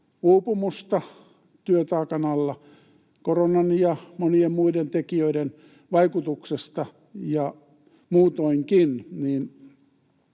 uupumusta työtaakan alla koronan ja monien muiden tekijöiden vaikutuksesta ja muutoinkin.